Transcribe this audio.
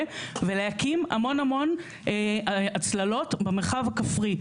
ולהקים המון המון הצללות במרחב הכפרי,